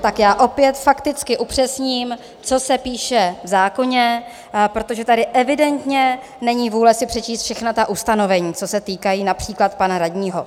Tak já opět fakticky upřesním, co se píše v zákoně, protože tady evidentně není vůle si přečíst všechna ta ustanovení, co se týkají například pana radního.